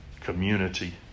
community